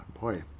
boy